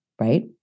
right